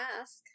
ask